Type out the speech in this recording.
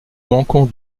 manquons